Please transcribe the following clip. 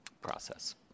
process